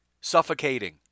Suffocating